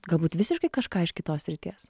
galbūt visiškai kažką iš kitos srities